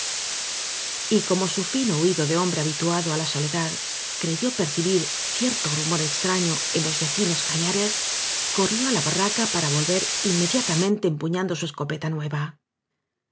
como su fino oído de hombre habitua do á la soledad creyó percibir cierto rumor extraño en los vecinos cañares corrió á la barraca para volver inmediatamente empuñan do su escopeta